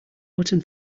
button